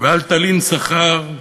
ואל תלין שכר,